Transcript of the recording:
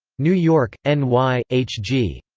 new york, n y h g.